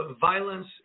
violence